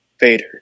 Vader